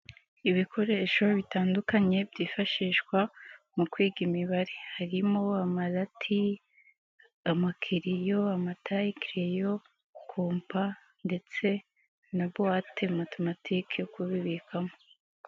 Ibikoresho bitandukanye byifashishwa mu kwiga imibare, harimo amalati, amakereyo, amatayekereyo, kompa ndetse na buwate matematikale yo kubibikamo.